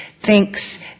Thinks